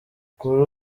kuri